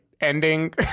ending